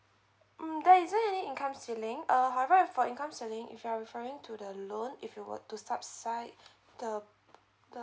mm that isn't any income ceiling err however for income selling if you're referring to the loan if you were to sub side the the